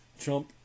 Trump